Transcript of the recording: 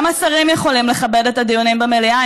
גם השרים יכולים לכבד את הדיונים במליאה,